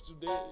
today